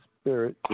Spirit